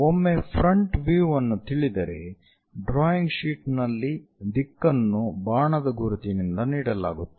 ಒಮ್ಮೆ front view ಅನ್ನು ತಿಳಿದರೆ ಡ್ರಾಯಿಂಗ್ ಶೀಟ್ ನಲ್ಲಿ ದಿಕ್ಕನ್ನು ಬಾಣದ ಗುರುತಿನಿಂದ ನೀಡಲಾಗುತ್ತದೆ